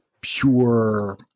pure